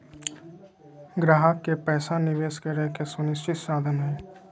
ग्राहक के पैसा निवेश करे के सुनिश्चित साधन हइ